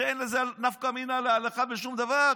שאין לזה נפקא מינה להלכה בשום דבר.